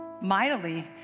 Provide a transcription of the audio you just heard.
mightily